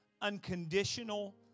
unconditional